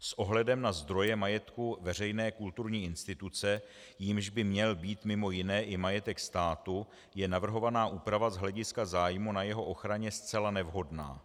S ohledem na zdroje majetku veřejné kulturní instituce, jímž by měl být mimo jiné i majetek státu, je navrhovaná úprava z hlediska zájmu na jeho ochraně zcela nevhodná.